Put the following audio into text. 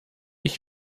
ich